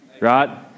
right